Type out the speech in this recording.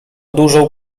dużą